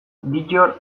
bittor